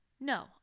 No